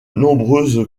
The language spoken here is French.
nombreuses